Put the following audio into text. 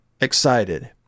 excited